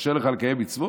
קשה לך לקיים מצוות?